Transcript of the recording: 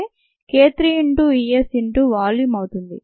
k 3 into E S into volume అవుతుంది